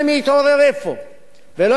לא ידענו שהקצב הוא כל כך גדול,